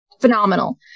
phenomenal